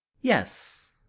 yes